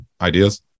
ideas